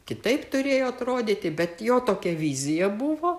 kitaip turėjo atrodyti bet jo tokia vizija buvo